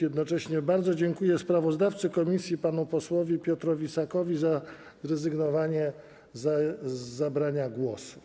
Jednocześnie bardzo dziękuję sprawozdawcy komisji panu posłowi Piotrowi Sakowi za zrezygnowanie z zabrania głosu.